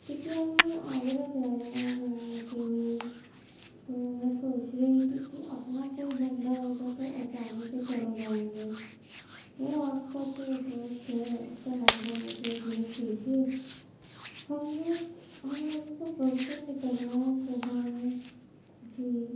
کیوں کہ ہم لوگ آگرہ جا رہے ہیں گھومنے کے لیے تو میں سوچ رہی تھی کہ اپنا کوئی بندہ ہوگا تو آسانی سے چلے جائیں گے وہ آپ کا جو دوست ہے اس کا نمبر مجھے بھیج دیجیے ہم لوگ ہم لوگوں کو پرسوں نکلنا ہے صبح میں جی